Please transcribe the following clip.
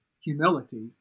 humility